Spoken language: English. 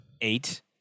Eight